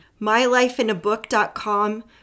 MyLifeInABook.com